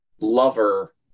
lover